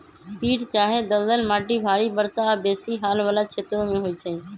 पीट चाहे दलदल माटि भारी वर्षा आऽ बेशी हाल वला क्षेत्रों में होइ छै